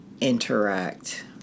interact